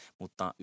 mutta